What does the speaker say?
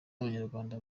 abanyarwanda